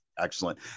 Excellent